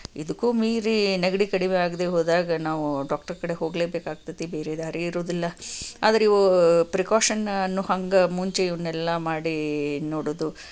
ಇದಕ್ಕೂ ಮೀರಿ ನೆಗಡಿ ಕಡಿಮೆ ಆಗದೆ ಹೋದಾಗ ನಾವು ಡಾಕ್ಟರ್ ಕಡೆ ಹೋಗಲೇ ಬೇಕಾಗ್ತೈತಿ ಬೇರೆ ದಾರಿ ಇರುವುದಿಲ್ಲ ಆದರಿವು ಪ್ರಿಕಾಶನ್ನ ಅನ್ನೋ ಹಾಗೆ ಮುಂಚೆ ಇವನ್ನೆಲ್ಲ ಮಾಡಿ ನೋಡುವುದು